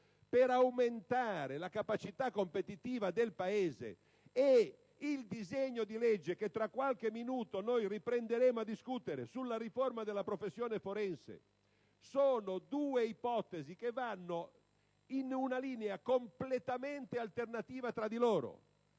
per aumentare la capacità competitiva del Paese, e il disegno di legge che tra qualche minuto riprenderemo a discutere sulla riforma della professione forense? Sono due ipotesi che vanno in una linea completamente alternativa tra di loro.